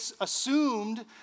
assumed